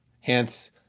Hence